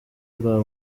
bwa